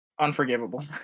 unforgivable